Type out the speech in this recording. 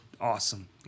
awesome